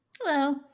Hello